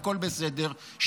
הכול בסדר,